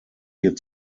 hier